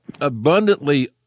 abundantly